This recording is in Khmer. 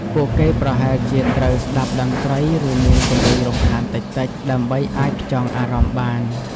ពួកគេប្រហែលជាត្រូវស្ដាប់តន្ត្រី ឬមានសម្លេងរំខានតិចៗដើម្បីអាចផ្ចង់អារម្មណ៍បាន។